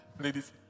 Ladies